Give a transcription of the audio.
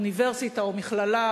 אוניברסיטה או מכללה,